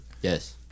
Yes